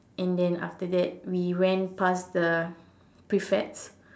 and then after that we went pass the prefects